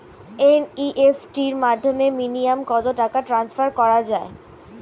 NEFT র মাধ্যমে minimum কত টাকা টান্সফার করা যায়?